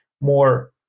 more